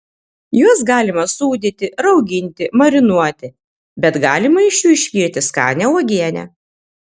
juos galima sūdyti rauginti marinuoti bet galima iš jų išvirti skanią uogienę